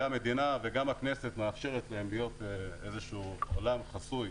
והמדינה וגם הכנסת מאפשרות להם להיות עולם חסוי,